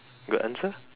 good answer